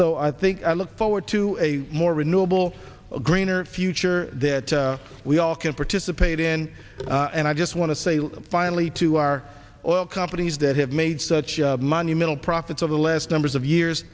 so i think i look forward to a more renewable greener future that we all can participate in and i just want to say finally to our oil companies that have made such monumental profits of the last numbers of years